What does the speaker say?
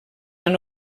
han